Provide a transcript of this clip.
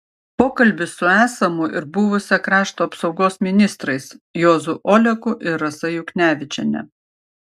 pokalbis su esamu ir buvusia krašto apsaugos ministrais juozu oleku ir rasa juknevičiene